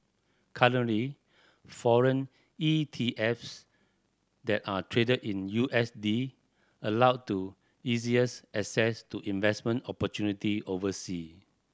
currently foreign ETFs that are traded in U S D allow to easiest access to investment opportunities oversea